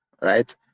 right